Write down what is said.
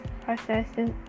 processes